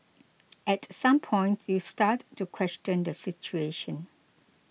at some point you start to question the situation